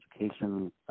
education